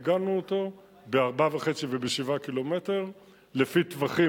מיגנו אותו ב-4.5 וב-7 קילומטר לפי טווחים